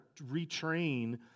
retrain